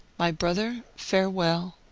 my brother, fare wrll.